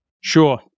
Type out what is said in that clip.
Sure